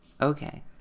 Okay